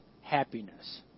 happiness